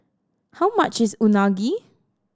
how much is Unagi